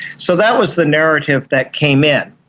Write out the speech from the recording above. so that was the narrative that came in.